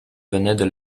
venaient